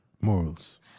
morals